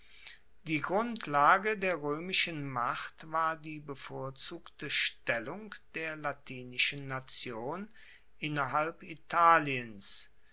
die grundlage der roemischen macht war die bevorzugte stellung der latinischen nation innerhalb italiens